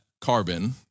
carbon